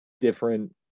different